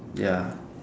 ya